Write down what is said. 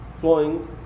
flowing